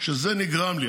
שזה מה שנגרם לי.